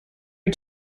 are